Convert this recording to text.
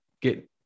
get